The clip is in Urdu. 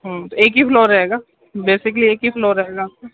ہاں تو ایک ہی فلور رہے گا بیسیکلی ایک ہی فلور رہے گا آپ کا